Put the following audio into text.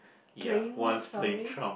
playing what sorry